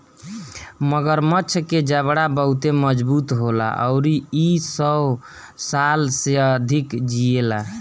मगरमच्छ के जबड़ा बहुते मजबूत होला अउरी इ सौ साल से अधिक जिएला